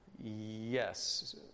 Yes